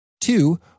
two